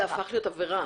זה הפך להיות עבירה.